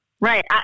Right